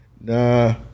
nah